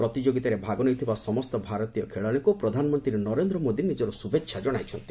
ପ୍ରତିଯୋଗିତାରେ ଭାଗ ନେଇଥିବା ସମସ୍ତ ଭାରତୀୟ ଖେଳାଳିମାନଙ୍କୁ ପ୍ରଧାନମନ୍ତ୍ରୀ ନରେନ୍ଦ୍ର ମୋଦି ନିକ୍କର ଶୁଭେଛା ଜଣାଇଛନ୍ତି